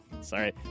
Sorry